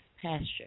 pasture